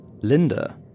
Linda